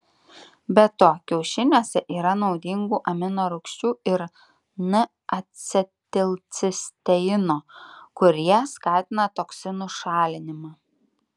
be to kiaušiniuose yra naudingų aminorūgščių ir n acetilcisteino kurie skatina toksinų šalinimą